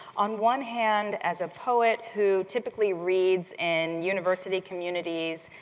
on one hand, as a poet who typically reads in university communities,